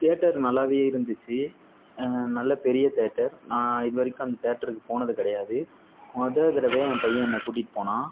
theatre நல்லாவே இருந்துச்சு நல்ல பெரிய தியேட்டர் நான் இதுவரைக்கும் அந்த தியேட்டருக்கு போனது கிடையாது மொதல் தடவையாக என் பையன் என்னை கூட்டிகிட்டு போனான்